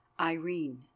Irene